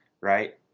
right